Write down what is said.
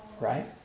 right